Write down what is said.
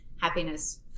happiness